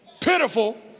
pitiful